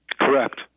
Correct